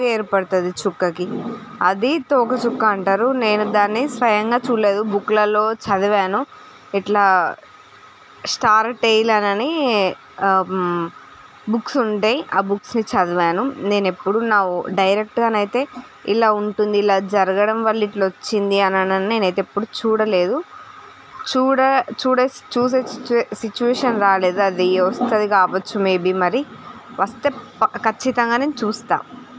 ఏర్పడుతుంది చుక్కకి అది తోకచుక్క అంటారు నేను దాన్ని స్వయంగా చూడలేదు బుక్ లలో చదివాను ఇట్లా స్టార్ టేల్ అని బుక్స్ ఉంటాయి ఆ బుక్స్ ను చదివాను నేనెప్పుడూ నా ఓన్ డైరెక్ట్ అయితే ఇలా ఉంటుంది ఇలా జరగడం వల్ల ఇలా వచ్చింది అని నేనైతే ఎప్పుడూ చూడలేదు చూడ చూసే సిట్యు సిట్యుయేషన్ రాలేదు అది వస్తుంది కావొచ్చు మేబి మరి వస్తే పక్ ఖచ్చితంగా నేను చూస్తాను